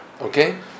okay